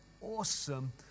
awesome